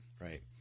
right